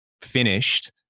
finished